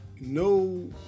no